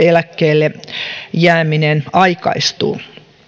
eläkkeelle jääminen aikaistuu